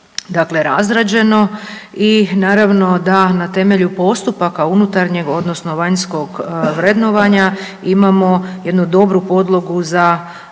razrađeno i naravno da na temelju postupaka unutarnjeg odnosno vanjskog vrednovanja imamo jednu dobru podlogu za